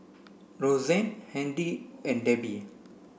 Rozanne Handy and Debbi